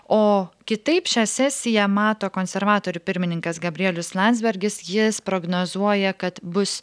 o kitaip šią sesiją mato konservatorių pirmininkas gabrielius landsbergis jis prognozuoja kad bus